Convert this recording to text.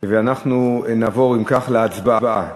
אנחנו נעבור, אם כך, להצבעה.